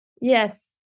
Yes